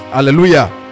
Hallelujah